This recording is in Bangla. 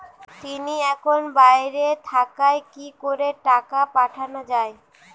তিনি এখন বাইরে থাকায় কি করে টাকা পাঠানো য়ায়?